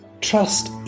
Trust